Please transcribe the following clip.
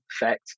effect